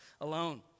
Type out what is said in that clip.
alone